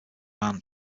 man